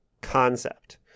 concept